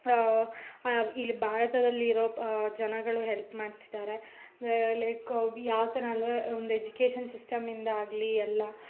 ಇಲ್ಲಿ ಭಾರತದಲ್ಲಿ ಇರೋ ಜನಗಳು ಹೆಲ್ಪ್ ಮಾಡ್ತಿದ್ದಾರೆ ಲೈಕ್ ವಿ ಯಾವ ಥರ ಅಂದರೆ ಒಂದು ಎಜುಕೇಷನ್ ಸಿಸ್ಟಮಿಂದ ಆಗಲಿ ಎಲ್ಲ